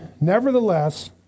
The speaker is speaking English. Nevertheless